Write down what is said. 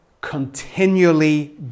continually